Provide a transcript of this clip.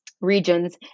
regions